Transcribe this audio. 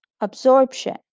Absorption